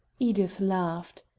edith laughed.